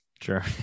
Sure